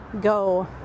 go